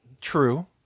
True